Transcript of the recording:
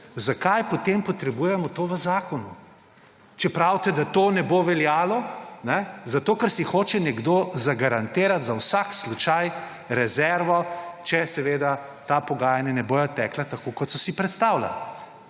Zakaj potem potrebujemo to v zakonu, če pravite, da to bo veljalo, zato ker si hoče nekdo zagarantirati za vsak slučaj rezervo? Če ta pogajanja ne bodo tekla tako kot so si predstavljali